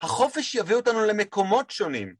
החופש יביא אותנו למקומות שונים.